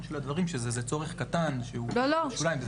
של הדברים שזה צורך קטן שנדחק לשוליים,